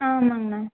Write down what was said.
ஆமாம்ங்கண்ணா